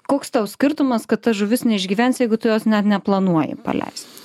koks tau skirtumas kad ta žuvis neišgyvens jeigu tu jos net neplanuoji paleist